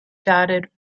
dotted